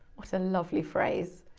what a lovely phrase.